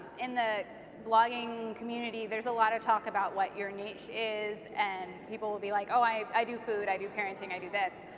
in the blogging community, there's a lot of talk about what your niche is, and people will be like oh i i do food, i do parenting, i do this.